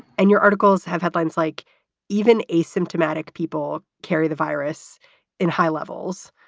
and your articles have headlines like even asymptomatic people carry the virus in high levels.